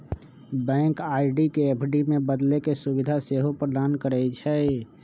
bank RD के FD में बदले के सुभीधा सेहो प्रदान करइ छइ